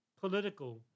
political